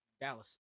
Dallas